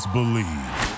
Believe